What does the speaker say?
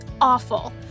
Awful